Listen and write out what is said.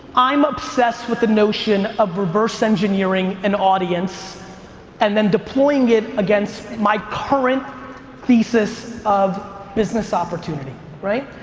i'm obsessed with the notion of reverse engineering an audience and then deploying it against my current thesis of business opportunity, right?